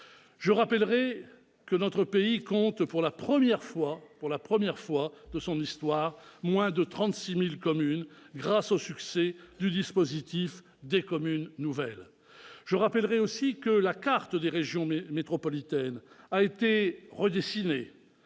Je rappelle que notre pays compte, pour la première fois de son histoire, moins de 36 000 communes, grâce au succès du dispositif des communes nouvelles. Je rappelle aussi que la carte des régions métropolitaines a été redessinée,